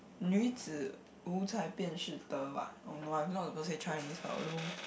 女子无才便是德 oh no I'm not supposed to say Chinese but lol